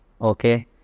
okay